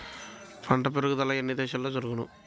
పంట పెరుగుదల ఎన్ని దశలలో జరుగును?